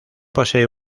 posee